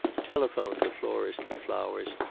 telephoned the florist for flowers,